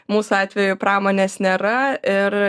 mūsų atveju pramonės nėra ir